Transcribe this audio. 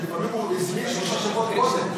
כי לפעמים הוא הזמין שלושה שבועות קודם.